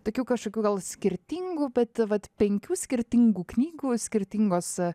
tokių kažkokių gal skirtingų bet vat penkių skirtingų knygų skirtingos